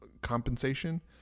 compensation